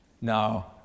no